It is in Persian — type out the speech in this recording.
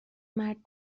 مرد